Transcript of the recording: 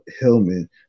Hillman